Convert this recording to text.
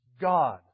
God